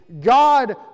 God